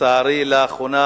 לצערי, לאחרונה